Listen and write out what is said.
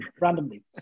randomly